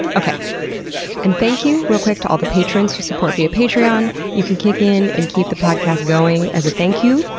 and thank you, real quick, to all the patrons who support via patreon you can kick in and keep the podcast going. as a thank you,